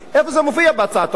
איפה זה מופיע בהצעת החוק?